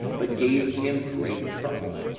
but gave him great trouble.